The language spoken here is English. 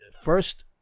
first